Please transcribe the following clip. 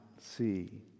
see